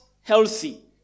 healthy